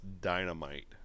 dynamite